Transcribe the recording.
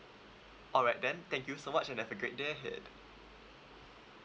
alright then thank you so much and have a great day ahead